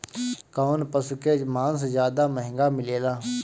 कौन पशु के मांस ज्यादा महंगा मिलेला?